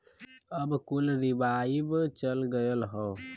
अब कुल रीवाइव चल गयल हौ